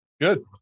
good